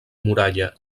muralla